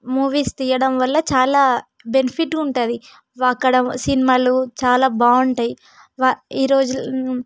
movies తీయడం వల్ల చాలా బెనిఫిట్ ఉంటుంది అక్కడ సినిమాలు చాలా బాగుంటాయి ఈరోజు